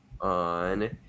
on